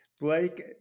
Blake